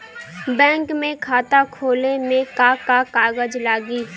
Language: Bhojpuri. बैंक में खाता खोले मे का का कागज लागी?